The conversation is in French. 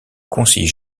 conseiller